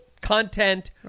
content